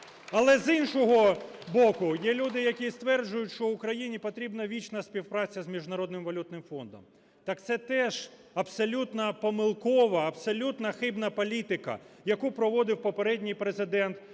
Але, з іншого боку, є люди, які стверджують, що Україні потрібна вічна співпраця з Міжнародним валютним фондом. Так це теж абсолютно помилкова, абсолютно хибна політика, яку проводив попередній Президент